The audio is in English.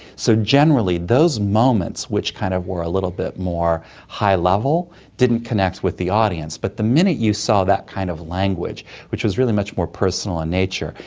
so generally those moments which kind of were a little bit more high-level didn't connect with the audience, but the minute you saw that kind of language which was really much more personal in nature,